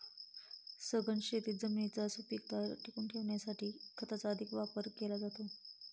सघन शेतीत जमिनीची सुपीकता टिकवून ठेवण्यासाठी खताचा अधिक वापर केला जातो